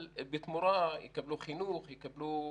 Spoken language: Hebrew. אבל בתמורה יקבלו חינוך, יקבלו